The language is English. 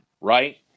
right